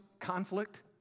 conflict